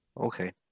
Okay